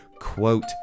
quote